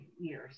years